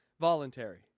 voluntary